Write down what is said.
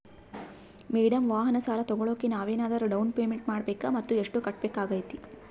Madam ವಾಹನ ಸಾಲ ತೋಗೊಳೋಕೆ ನಾವೇನಾದರೂ ಡೌನ್ ಪೇಮೆಂಟ್ ಮಾಡಬೇಕಾ ಮತ್ತು ಎಷ್ಟು ಕಟ್ಬೇಕಾಗ್ತೈತೆ?